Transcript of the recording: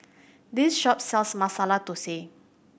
this shop sells Masala Thosai